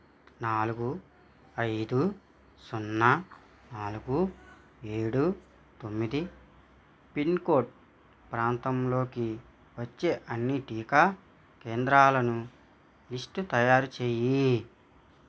నాలుగు ఐదు సున్నా నాలుగు ఏడు తొమ్మిది పిన్కోడ్ ప్రాంతంలోకి వచ్చే అన్ని టీకా కేంద్రాలను లిస్టు తయారు చేయి